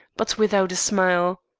but without a smile.